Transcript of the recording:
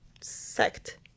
sect